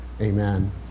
Amen